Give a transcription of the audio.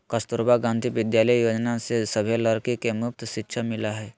कस्तूरबा गांधी विद्यालय योजना से सभे लड़की के मुफ्त शिक्षा मिला हई